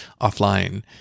offline